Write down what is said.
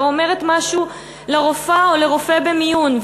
או אומרת משהו לרופאה או לרופא במיון,